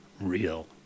real